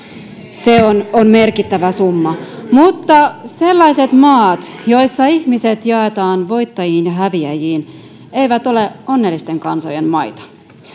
se on on merkittävä summa mutta sellaiset maat joissa ihmiset jaetaan voittajiin ja häviäjiin eivät ole onnellisten kansojen maita